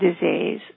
disease